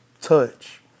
touch